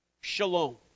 Shalom